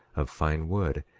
of fine wood,